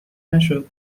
نشد